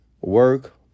work